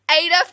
Ada